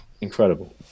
incredible